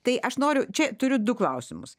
tai aš noriu čia turiu du klausimus